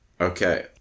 okay